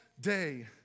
day